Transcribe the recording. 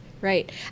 Right